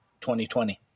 2020